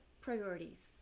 priorities